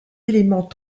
éléments